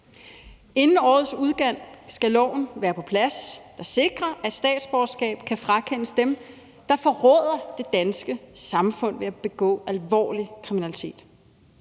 Inden årets udgang skal loven være på plads og sikre, at statsborgerskab kan frakendes dem, der forråder det danske samfund ved at begå alvorlig kriminalitet.